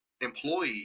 employee